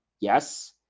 Yes